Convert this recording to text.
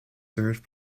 served